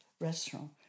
restaurant